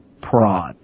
Prod